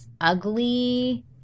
ugly